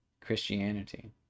Christianity